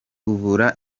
uvura